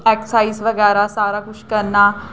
exercise बगैरा सारा किश करना